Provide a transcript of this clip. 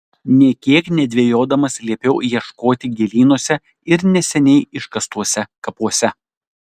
nė kiek nedvejodamas liepiau ieškoti gėlynuose ir neseniai iškastuose kapuose